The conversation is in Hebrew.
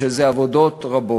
יש על זה עבודות רבות.